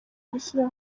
gushyira